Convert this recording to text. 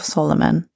Solomon